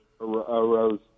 arose